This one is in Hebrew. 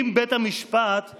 האם בית המשפט יכול